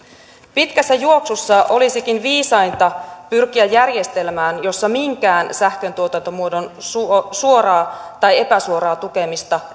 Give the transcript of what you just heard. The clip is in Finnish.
pitkässä juoksussa olisikin viisainta pyrkiä järjestelmään jossa minkään sähköntuotantomuodon suoraa suoraa tai epäsuoraa tukemista